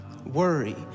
Worry